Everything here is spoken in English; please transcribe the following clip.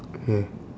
okay